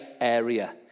area